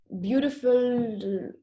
beautiful